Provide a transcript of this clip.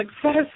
success